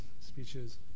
speeches